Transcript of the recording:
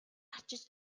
арчиж